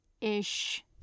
ish